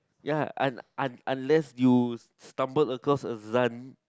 ya un~ un~ unless you stumble across a